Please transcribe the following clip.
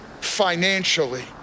financially